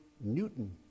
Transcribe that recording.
Newton